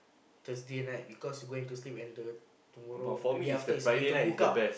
Thursday night because you going to sleep and learn tomorrow the day after is book out